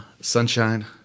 Sunshine